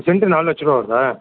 cent நாலு லட்சரூபா வருதா